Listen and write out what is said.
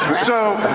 so